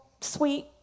sweet